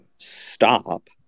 Stop